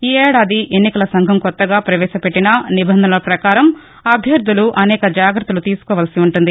ఈ ఏడాది ఎన్నికల సంఘం కొత్తగా పవేశ పెట్టిన నిబంధనల పకారం అభ్యర్థులు అనేక జాగ్రత్తలు తీసుకోవలసి ఉంటుంది